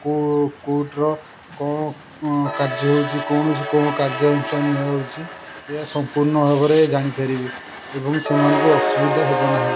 କୋର୍ଟର କଣ କାର୍ଯ୍ୟ ହେଉଛି କୌଣସି କାର୍ଯ୍ୟାନୁଷ୍ଠାନ ନିଆ ହେଉଛି ଏହା ସମ୍ପୂର୍ଣ ଭାବରେ ଜାଣିପାରିବେ ଏବଂ ସେମାନଙ୍କୁ ଅସୁବିଧା ହେବ ନାହିଁ